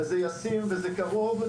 וזה ישים וזה קרוב,